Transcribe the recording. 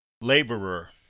Laborer